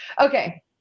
Okay